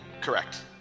correct